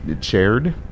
shared